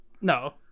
No